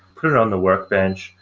put it on the workbench,